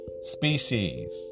species